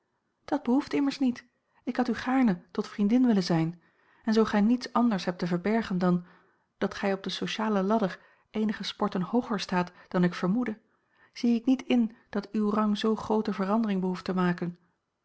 dat behoeft immers niet ik had u gaarne tot vriendin willen zijn en zoo gij niets anders hebt te verbergen dan dat gij op de sociale ladder eenige sporten hooger staat dan ik vermoedde zie ik niet in dat uw rang zoo groote verandering behoeft te maken